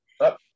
up